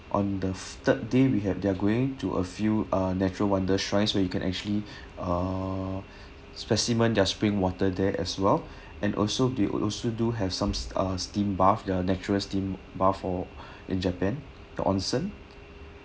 on the third day we have they're going to a few uh natural wonder shrines where you can actually uh specimens their spring water there as well and also they also do have some uh steam bath the natural steam for in japan the onsen